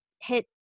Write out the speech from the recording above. hit